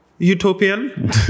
Utopian